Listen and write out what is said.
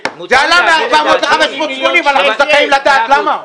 זה עלה מ-400 ל-580, אנחנו זכאים לדעת למה.